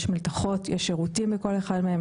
יש מלתחות ושירותים בכל אחד מהם,